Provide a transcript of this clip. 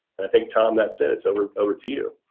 i think tom that's it it's over over to you.